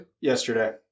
Yesterday